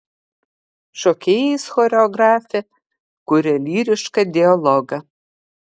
šokėjais choreografė kuria lyrišką dialogą